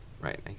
right